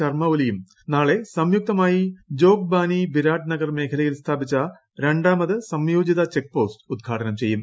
ശർമ ഒലിയും നാളെ സ്ടിയൂക്തമായി ജോഗ് ബാനി ബിരാട് നഗർ മേഖലയിൽ സ്ഥാപിച്ച് രൂൺടാമത് സംയോജിത ചെക്ക് പോസ്റ്റ് ഉദ്ഘാടനം ചെയ്യും